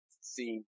see